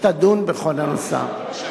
שתדון בכל הנושא.